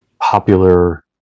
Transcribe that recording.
popular